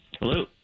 Hello